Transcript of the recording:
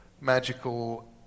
magical